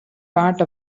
part